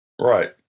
Right